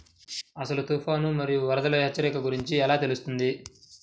అసలు తుఫాను మరియు వరదల హెచ్చరికల గురించి ఎలా తెలుస్తుంది?